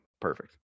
perfect